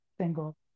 single